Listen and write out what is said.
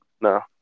no